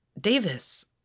Davis